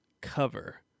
cover